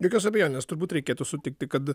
jokios abejonės turbūt reikėtų sutikti kad